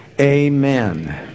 Amen